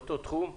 באותו תחום.